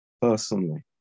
personally